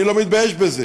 אני לא מתבייש בזה.